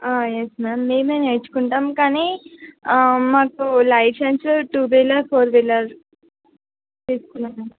yes ma'am నేనే నేర్చుకుంటాను కానీ మాకు licence two wheeler four wheeler తీసుకుంటాము